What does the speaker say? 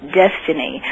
destiny